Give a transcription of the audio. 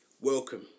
Welcome